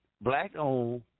black-owned